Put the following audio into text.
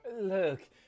Look